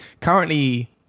currently